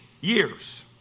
years